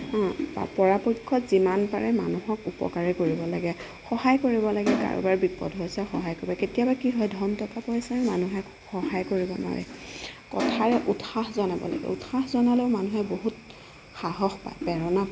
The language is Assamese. বা পৰাপক্ষত যিমান পাৰে মানুহক উপকাৰে কৰিব লাগে সহায় কৰিব লাগে কাৰোবাৰ বিপদ হৈছে সহায় কৰিব কেতিয়াবা কি হয় ধন টকা পইচাৰে মানুহক সহায় কৰিব নোৱাৰে কথাৰে উৎসাহ জনাব লাগে উৎসাহ জনালেও মানুহে বহুত সাহস পায় প্ৰেৰণা পায়